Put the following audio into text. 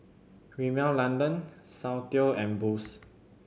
Rimmel London Soundteoh and Boost